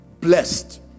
Blessed